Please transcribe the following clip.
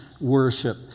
worship